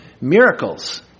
miracles